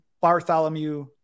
Bartholomew